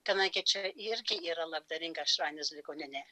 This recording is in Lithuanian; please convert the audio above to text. tenai gi čia irgi yra labdaringa šanes ligoninė